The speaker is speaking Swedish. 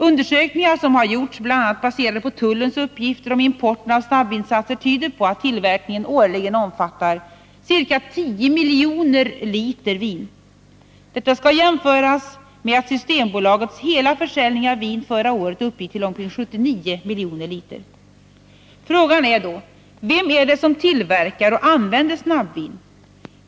Undersökningar som gjorts, bl.a. baserade på tullens uppgifter om importen av snabbvinsatser, tyder på att tillverkningen årligen omfattar ca 10 miljoner liter vin, Detta skall jämföras med att Systembolagets hela försäljning av vin förra året uppgick till omkring 79 miljoner liter. Frågan är då: Vem är det som tillverkar och använder snabbvin?